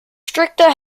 stricter